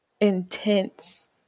intense